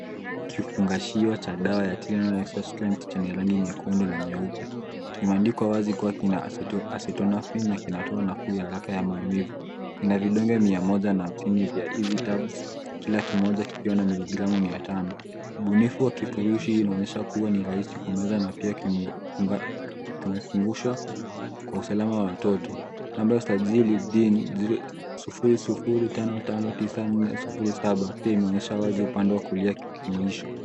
Kifungashiwa cha dawa general express strengh chenye rangi nyekundu na nyeupe kimeandikwa wazi kuwa kina asetonafpin na kinatoa nafuu ya haraka ya maumivu. Kina vidonge mia moja na hamsinii vya easy tabs kila kimoja kikiwa na miligramu mia tano. Ubunifu wa kifurushi hii inaonyesha kuwa ni rahisi kumeza na pia kimefungushwa kwa usalama wa watoto namba ya ustajili ding 00559407 pia imeonyesha wazi upande wa kulia kipimo hicho.